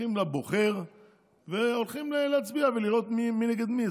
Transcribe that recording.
הולכים לבוחר והולכים להצביע ולראות מי נגד מי.